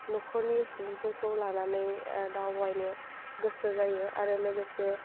नख'रनि सुबुंफोरखौ लानानै दावबायनो गोसो जायो आरो लोगोसे